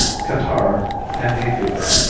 catarrh and hay fever.